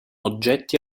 oggetti